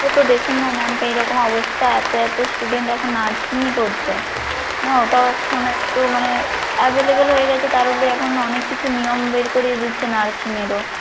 একটু দেখুন না ম্যাম এই রকম অবস্থা এত এত স্টুডেন্ট এখন নার্সিংই করছে না ওটাও এখন একটু মানে অ্যাভেলেবেল হয়ে গিয়েছে তার উপরে এখন অনেক কিছু নিয়ম বের করে দিচ্ছে নার্সিংয়েরও